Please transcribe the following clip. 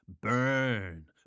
burn